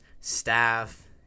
staff